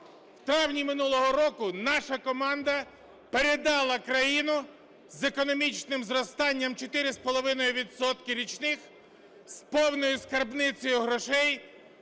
В травні минулого року наша команда передала країну з економічним зростанням 4,5 відсотки річних, з повною скарбницею грошей.